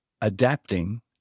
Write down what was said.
adapting